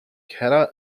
keller